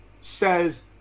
says